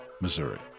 Missouri